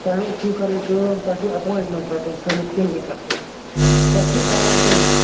تۄہہِ ٲسوٕ کَرٕنۍ کٲم تۄہہِ چھُو اٮ۪پویِنٛٹمٮ۪نٛٹ رَٹُن سٲنِس کِلنِکَس پٮ۪ٹھ تۄہہِ چھُو ٹایِم کِنہٕ نہ